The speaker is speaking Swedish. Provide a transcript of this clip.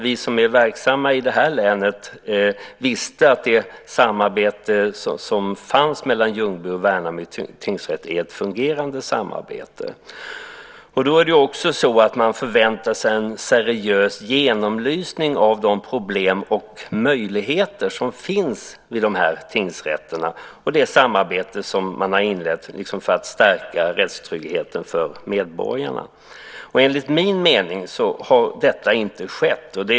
Vi som är verksamma i länet visste att det samarbete som fanns mellan Ljungby och Värnamo tingsrätter är ett fungerande samarbete. Då förväntar man sig en seriös genomlysning av de problem och möjligheter som finns vid dessa tingsrätter och det samarbete som de har inlett för att stärka rättstryggheten för medborgarna. Enligt min mening har detta inte skett.